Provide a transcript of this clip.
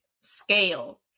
scale